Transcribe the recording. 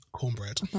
cornbread